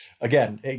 again